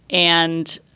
and,